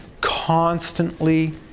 constantly